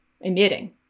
emitting